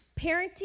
Parenting